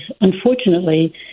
unfortunately